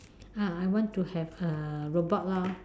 ah I want to have a robot lor